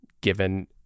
given